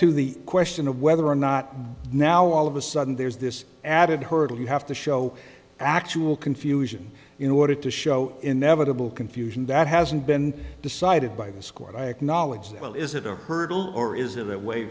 to the question of whether or not now all of a sudden there's this added hurdle you have to show actual confusion in order to show inevitable confusion that hasn't been decided by this court i acknowledge that well is it a hurdle or is it that way